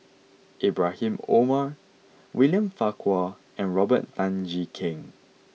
Ibrahim Omar William Farquhar and Robert Tan Jee Keng